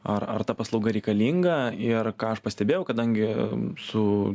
ar ar ta paslauga reikalinga ir ką aš pastebėjau kadangi su